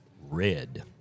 red